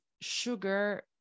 sugar